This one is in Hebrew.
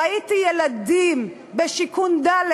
ראיתי ילדים בשיכון ד',